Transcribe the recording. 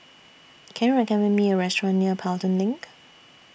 Can YOU recommend Me A Restaurant near Pelton LINK